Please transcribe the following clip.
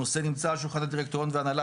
הנושא נמצא על שולחן הדירקטוריון והנהלה